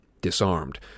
disarmed